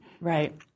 Right